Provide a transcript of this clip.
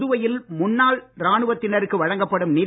புதுவையில் முன்னாள் ராணுவத்தினருக்கு வழங்கப்படும் நிதி